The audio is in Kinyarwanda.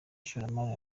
ishoramari